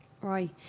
Right